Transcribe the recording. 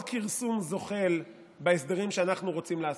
כרסום זוחל בהסדרים שאנחנו רוצים לעשות,